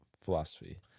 philosophy